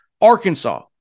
Arkansas